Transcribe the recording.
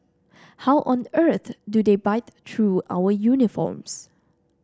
how on earth do they bite through our uniforms